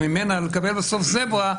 וממנה לקבל בסוף זברה,